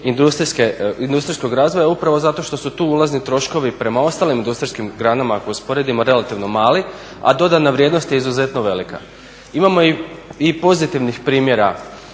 industrijskog razvoja upravo zato što su tu ulazni troškovi prema ostalim industrijskim granama ako usporedimo relativno mali, a dodana vrijednost je izuzetno velika. Imamo i pozitivnih primjera